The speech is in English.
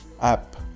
app